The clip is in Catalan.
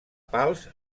pals